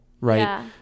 right